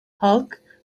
halk